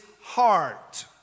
heart